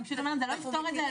אני פשוט אומרת זה לא יפתור את זה,